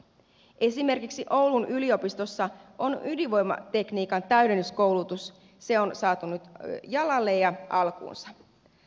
esimerkiksi oulun yliopistossa on ydinvoimatekniikan täydennyskoulutus se on saatu nyt jalalle ja alkuunsa